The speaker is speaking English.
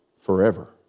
forever